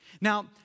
Now